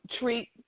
treat